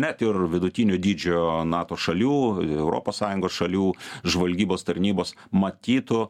net ir vidutinio dydžio nato šalių europos sąjungos šalių žvalgybos tarnybos matytų